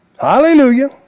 Hallelujah